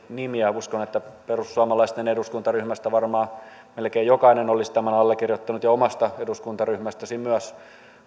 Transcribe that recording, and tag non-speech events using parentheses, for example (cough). (unintelligible) nimiä uskon että perussuomalaisten eduskuntaryhmästä varmaan melkein jokainen olisi tämän allekirjoittanut ja omasta eduskuntaryhmästäsi myös ja